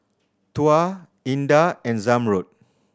Tuah Indah and Zamrud